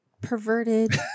perverted